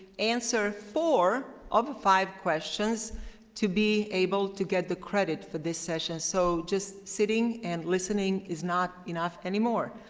answer four of the five questions to be able to get the credit for this session. so just sitting and listening is not enough any more.